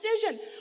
decision